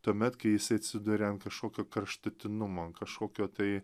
tuomet kai jis atsiduria ant kašokio kraštutinumo kašokio tai